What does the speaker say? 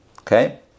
Okay